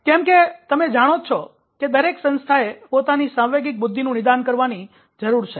કેમ કે તમે જાણો જ છો કે દરેક સંસ્થાએ પોતાની સાંવેગિક બુદ્ધિનું નિદાન કરવાની જરૂર છે